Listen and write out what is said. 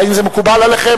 האם זה מקובל עליכם?